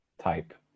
type